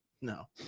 No